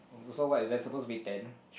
so what there's supposed to be ten